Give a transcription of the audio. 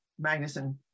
Magnuson